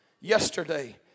yesterday